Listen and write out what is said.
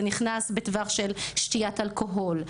למשל זה נכנס בטווח של שתיית אלכוהול.